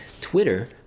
twitter